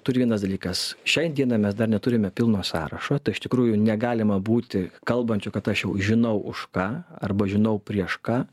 turi vienas dalykas šiai dienai mes dar neturime pilno sąrašo tai iš tikrųjų negalima būti kalbančiu kad aš jau žinau už ką arba žinau prieš ką